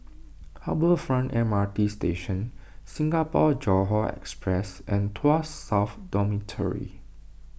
Harbour Front M R T Station Singapore Johore Express and Tuas South Dormitory